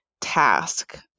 task